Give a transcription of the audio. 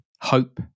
hope